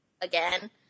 again